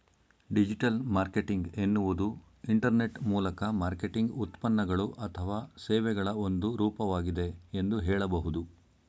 digital marketing ಎನ್ನುವುದು internet ಮೂಲಕ marketing ಉತ್ಪನ್ನಗಳು ಅಥವಾ ಸೇವೆಗಳ ಒಂದು ರೂಪವಾಗಿದೆ ಎಂದು ಹೇಳಬಹುದು